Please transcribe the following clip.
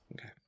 Okay